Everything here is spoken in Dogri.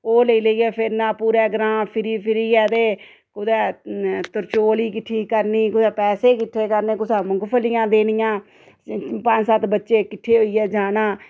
ओह् लेई लेइयै फिरना पूरै ग्रांऽ फिरी फिरियै ते कुदै त्रचौली किट्ठी करनी कुदै पैसे किट्ठे करने कुसै मुंगफलियां देनियां पंज सत्त बच्चें किट्ठे होइयै जाना